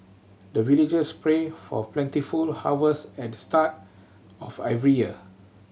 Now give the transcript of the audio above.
the villagers pray for plentiful harvest at the start of every year